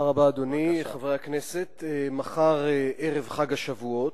אדוני, תודה רבה, חברי הכנסת, מחר ערב חג השבועות.